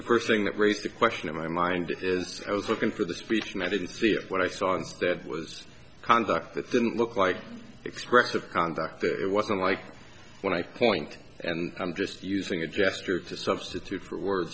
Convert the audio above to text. the first thing that raised the question in my mind is i was looking through the speech and i didn't see what i saw instead was conduct that didn't look like expressive conduct it wasn't like when i point and i'm just using a gesture to substitute for word